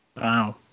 Wow